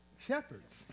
shepherds